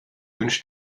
wünsch